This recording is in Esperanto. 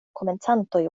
komencantoj